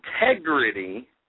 integrity